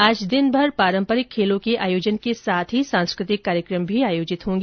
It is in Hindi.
आज दिनभर पारंपरिक खेलों के आयोजन के साथ सांस्कृतिक कार्यक्रमों का आयोजन होगा